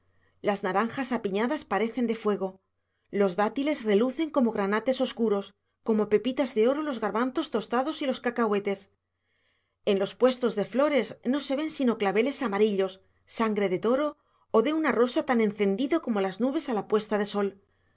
las naranjas apiñadas parecen de fuego los dátiles relucen como granates obscuros como pepitas de oro los garbanzos tostados y los cacahuetes en los puestos de flores no se ven sino claveles amarillos sangre de toro o de un rosa tan encendido como las nubes a la puesta del sol